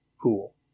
pool